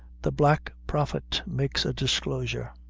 the black prophet makes a disclosure.